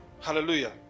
Hallelujah